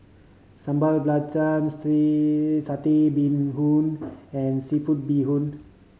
sambal stay Satay Bee Hoon and seafood bee hoon